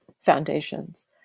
foundations